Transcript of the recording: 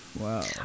wow